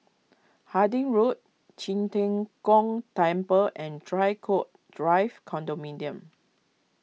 Harding Road Qi Tian Gong Temple and Draycott Drive Condominium